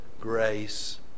grace